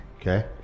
Okay